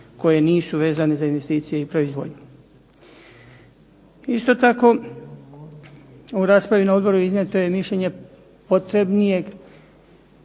koje nisu vezane za investicije i proizvodnju. Isto tako, na raspravi na odboru iznijeto je mišljenje potrebnijeg